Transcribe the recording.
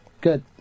Good